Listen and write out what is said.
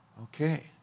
okay